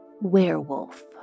Werewolf